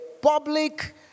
public